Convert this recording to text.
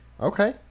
okay